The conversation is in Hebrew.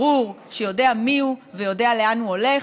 ברור, שיודע מיהו ויודע לאן הוא הולך.